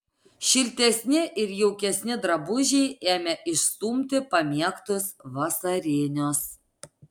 šiltesni ir jaukesni drabužiai ėmė išstumti pamėgtus vasarinius